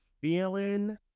feeling